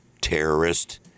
terrorist